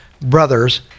brothers